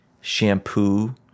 shampoo